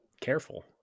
Careful